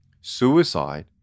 Suicide